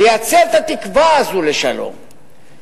לייצר את התקווה הזאת לשלום,